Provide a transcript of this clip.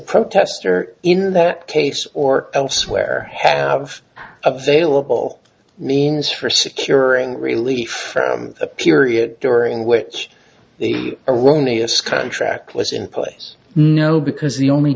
protester in that case or elsewhere have available means for securing relief for a period during which the erroneous contract was in place no because the only